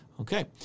Okay